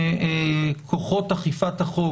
כוחות אכיפת החוק